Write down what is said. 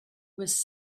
was